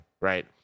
right